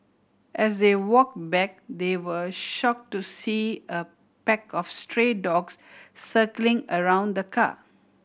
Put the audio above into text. as they walk back they were shock to see a pack of stray dogs circling around the car